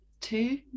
two